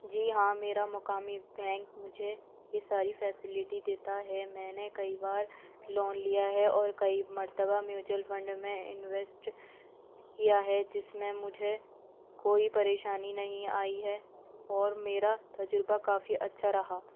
جی ہاں میرا مقامی بینک مجھے یہ ساری فیسیلیٹی دیتا ہے میں نے کئی بار لون لیا ہے اور کئی مرتبہ میوچئل فنڈ میں انویسٹ کیا ہے جس میں مجھے کوئی پریشانی نہیں آئی ہے اور میرا تجربہ کافی اچھا رہا